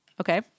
Okay